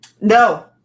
No